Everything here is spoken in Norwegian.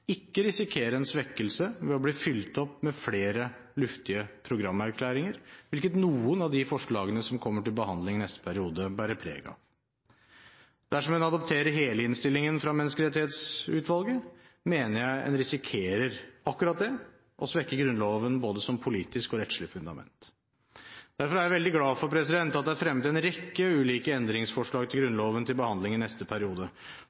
ikke risikere en svekkelse ved å bli fylt opp med flere luftige programerklæringer, hvilket noen av de forslagene som kommer til behandling i neste periode, bærer preg av. Dersom en adopterer hele innstillingen fra Menneskerettighetsutvalget, mener jeg en risikerer akkurat det, å svekke Grunnloven både som politisk og rettslig fundament. Derfor er jeg veldig glad for at det er fremmet en rekke ulike endringsforslag til Grunnloven til behandling i neste periode,